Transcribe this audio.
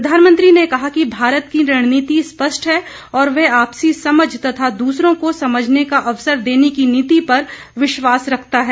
प्रधानमंत्री ने कहा कि भारत की रणनीति स्पष्ट है और वह आपसी समझ तथा दूसरों को समझने का अवसर देने की नीति पर विश्वास रखता है